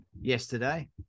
yesterday